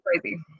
crazy